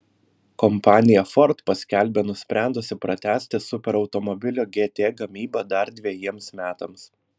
kompanija ford paskelbė nusprendusi pratęsti superautomobilio gt gamybą dar dvejiems metams